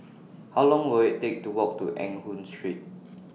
How Long Will IT Take to Walk to Eng Hoon Street